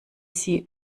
sie